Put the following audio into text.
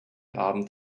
abend